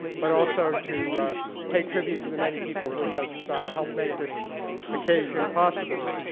but also to pay tribute to the many people who have helped make this occasion possible.